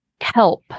help